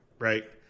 Right